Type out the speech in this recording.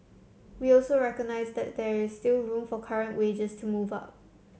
we also recognised that there is still room for current wages to move up